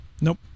Nope